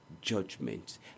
judgment